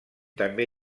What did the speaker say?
també